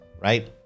right